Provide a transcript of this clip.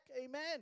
Amen